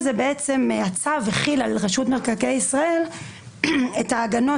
הצו החיל על רשות מקרקעי ישראל את ההגנות